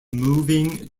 moving